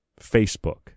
Facebook